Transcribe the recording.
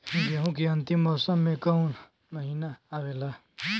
गेहूँ के अंतिम मौसम में कऊन महिना आवेला?